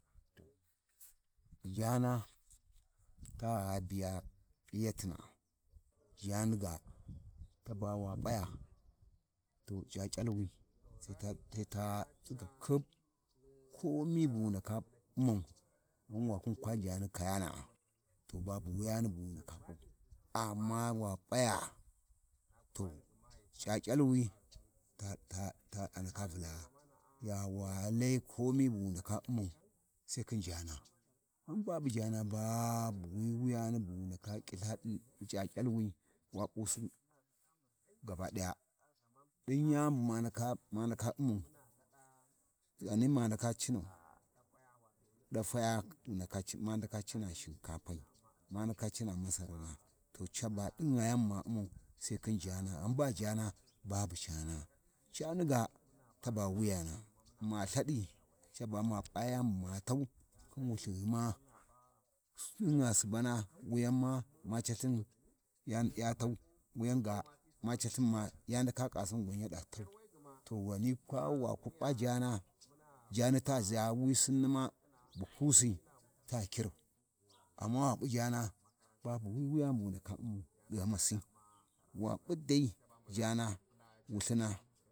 ﻿ Jaana ta gha biya p’iyatina jaani ga taba wa p’aya, to C’aC’alwi Sai ta tsiga khib, komi bu wu wu ndaka U'mai, ghan wa kwa khin jaani kayana’a,. To babu wuyani bu wu ndaka p’au, amma wa p’aya, to C’aC’alwi andaka andaka tsiga gha gha wa Lai komi bu wu ndaka U'mai, Sai khin jaana ghan babu jana, babu wi yani bu wu ndaka ƙiltha ɗi C’aC’alwi wa p’usi caɗi gabaɗaya ɗin yani bu ma ndaka ma U’mma, ghani ma ndaka cinau ɗafaya, ma ndaka cina shinkafai, ma ndaka cina masarana to caba ɗin yani bu ma ndaka U’mma Sai khin jana ghun ba jana babu cana, Caniga taba wuyana, ma Lthaɗi caba ma p’a wuyani bu ma tau khin Wulthughuma, ɗingha Subana wuyan ma Calthin ya tau, Wuyanga mu Calthin ma ya ndaka ƙasin yaɗa lau, to kirau, amma wa p’u jana babu wi wuyani bu wu ndaka U'mau ɗi ghamasi wa p’u dai jaana Wulthina.